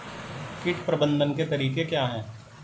कीट प्रबंधन के तरीके क्या हैं?